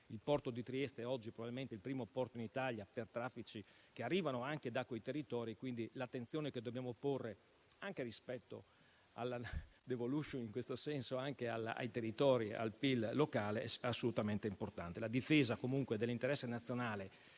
Il porto di Trieste oggi è probabilmente il primo porto in Italia per traffici che arrivano anche da quei territori, quindi l'attenzione che dobbiamo porre, anche rispetto alla *devolution* in questo senso, ai territori e al PIL locale è assolutamente importante. La difesa dell'interesse nazionale